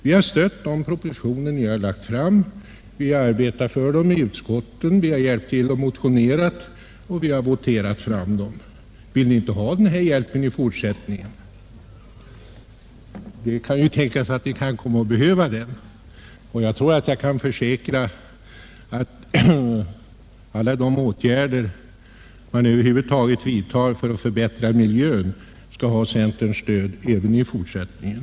Vi har stött de propositioner ni lagt fram, vi har arbetat för dem i utskotten, vi har hjälpt till som motionärer och vi har voterat för dem. Vill ni inte ha denna hjälp i fortsättningen? Det kan tänkas att ni kan komma att behöva den. Jag tror att jag kan försäkra att alla de åtgärder man över huvud taget vidtar för att förbättra miljön skall ha centerns stöd även i fortsättningen.